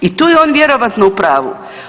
I tu je on vjerojatno u pravu.